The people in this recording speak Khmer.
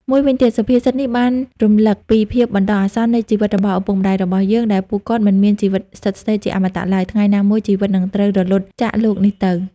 មួយវិញទៀត សុភាសិតនេះបានរំលឹកពីភាពបណ្តោះអាសន្ននៃជីវិតរបស់ឪពុកម្តាយរបស់យើង ដែលពួកគាត់មិនមានជីវិតស្ថិតស្ថេរជាអមតៈឡើយ ថ្ងៃណាមួយជីវិតនិងត្រូវរលត់ចាកលោកនេះទៅ។